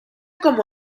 como